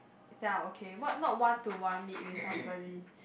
that I'm okay what not one to one meet with somebody